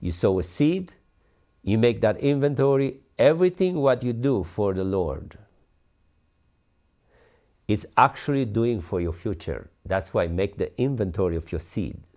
you sow a seed you make that inventory everything what you do for the lord is actually doing for your future that's why i make the inventory of your se